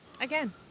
Again